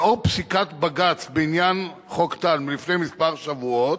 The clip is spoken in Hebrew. לאור פסיקת בג"ץ בעניין חוק טל מלפני כמה שבועות,